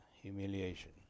humiliation